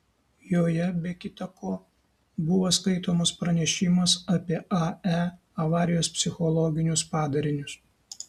joje be kita ko buvo skaitomas pranešimas apie ae avarijos psichologinius padarinius